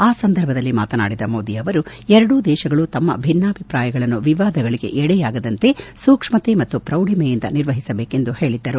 ಆ ಸಂದರ್ಭದಲ್ಲಿ ಮಾತನಾಡಿದ ಮೋದಿ ಅವರು ಎರಡೂ ದೇಶಗಳು ತಮ್ಮ ಭಿನ್ನಾಭಿಪ್ರಾಯಗಳನ್ನು ವಿವಾದಗಳಗೆ ಎಡೆಯಾಗದಂತೆ ಸೂಕ್ಷ್ಮತೆ ಮತ್ತು ಫ್ರೌಡಿಮೆಯಿಂದ ನಿರ್ವಹಿಸಬೇಕೆಂದು ಹೇಳಿದ್ದರು